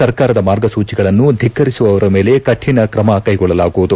ಸರ್ಕಾರದ ಮಾರ್ಗಸೂಚಿಗಳನ್ನು ದಿಕ್ಕರಿಸುವವರ ಮೇಲೆ ಕಠಿಣ ಕ್ರಮ ಕೈಗೊಳ್ಳಲಾಗುವುದು